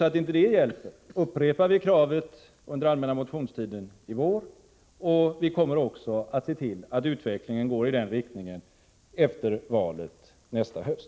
Om inte det hjälper upprepar vi kravet under den allmänna motionstiden i vår, och vi kommer också att se till att utvecklingen går i den riktningen efter valet nästa höst.